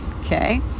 okay